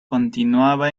continuaba